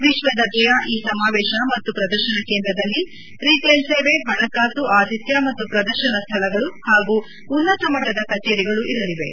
ವಿಶ್ವದರ್ಜೆಯ ಈ ಸಮಾವೇಶ ಮತ್ತು ಪ್ರದರ್ಶನ ಕೇಂದ್ರದಲ್ಲಿ ರೀಟೇಲ್ ಸೇವೆ ಹಣಕಾಸು ಆತಿಥ್ಯ ಮತ್ತು ಪ್ರದರ್ಶನ ಸ್ಥಳಗಳು ಹಾಗೂ ಉನ್ನತಮಟ್ಟದ ಕಚೇರಿಗಳು ಇರಲಿವೆ